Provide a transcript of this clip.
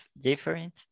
different